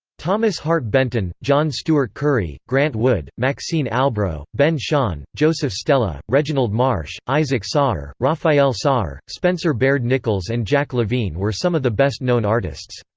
thomas hart benton, john steuart curry, grant wood, maxine albro, ben shahn, joseph stella, reginald marsh, isaac soyer, soyer, raphael soyer, spencer baird nichols and jack levine were some of the best-known artists.